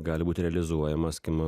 gali būt realizuojamas kim